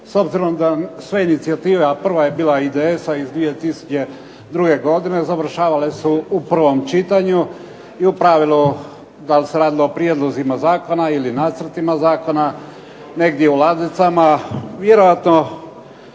S obzirom da sve inicijative, a prva je bila IDS-a iz 2002. godine završavale su u prvom čitanju i u pravilu da li se radilo o prijedlozima zakona ili nacrtima zakona negdje u ladicama, vjerojatno